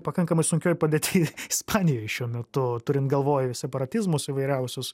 pakankamai sunkioj padėty ispanijoj šiuo metu turint galvoj separatizmus įvairiausius